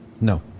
No